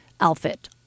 outfit